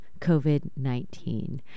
COVID-19